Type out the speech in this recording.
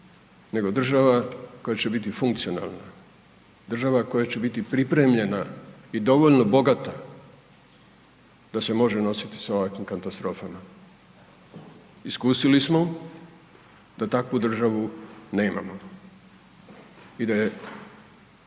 nego država koja će biti funkcionalna, država koja će biti pripremljena i dovoljno bogata da se može nositi sa ovakvim katastrofama. Iskusili smo da takvu državu nemamo i da je